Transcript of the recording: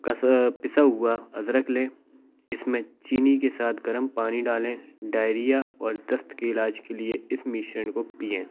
कस पीसा हुआ अदरक लें इसमें चीनी के साथ गर्म पानी डाले डायरिया और दस्त के इलाज के लिए इस मिश्रण को पिएं